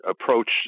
approach